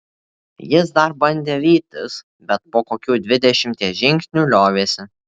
jis dar bandė vytis bet po kokių dvidešimties žingsnių liovėsi